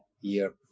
year